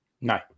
No